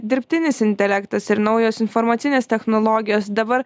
dirbtinis intelektas ir naujos informacinės technologijos dabar